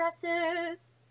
dresses